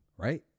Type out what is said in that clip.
right